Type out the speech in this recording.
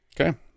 Okay